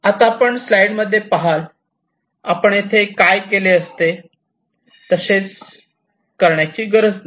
आत्ता आपण स्लाईड मध्ये पहाल आपण येथे काय केले असते तसेच करण्याची गरज नाही